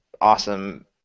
awesome